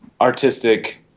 artistic